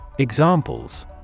Examples